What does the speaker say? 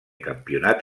campionat